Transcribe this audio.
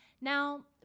Now